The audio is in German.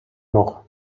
noch